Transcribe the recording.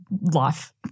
life